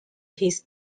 his